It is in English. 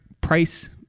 price